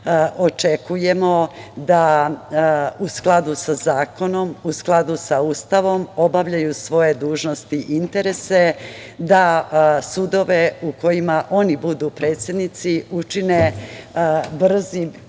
očekujemo da u skladu sa zakonom, u skladu sa Ustavom obavljaju svoje dužnosti i interese da sudove u kojima oni budu predsednici učine brzim,